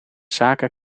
zaken